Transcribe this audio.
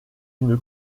une